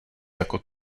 jako